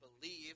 believe